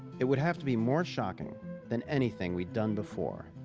it would have to be more shocking than anything we'd done before.